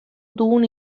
dugun